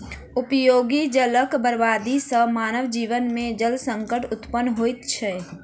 उपयोगी जलक बर्बादी सॅ मानव जीवन मे जल संकट उत्पन्न होइत छै